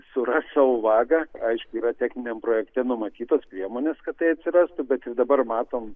suras savo vagą aišku yra techniniam projekte numatytos priemonės kad tai atsirastų bet jau dabar matom